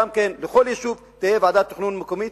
גם שבכל יישוב תהיה ועדת תכנון מקומית,